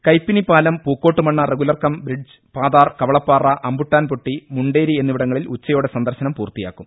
കയ്പിനി പാലം പൂക്കോട്ടു മണ്ണ റെഗുലേറ്റർ കം ബ്രിഡ്ജ് പാതാർ കവളപ്പാറ അമ്പു ട്ടാൻപൊട്ടി മുണ്ടേരി എന്നിവിടങ്ങളിൽ ഉച്ചയോടെ സന്ദർശനം പൂർത്തിയാക്കും